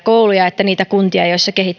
kouluja että niitä kuntia joissa kehittämisresurssit